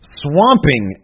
swamping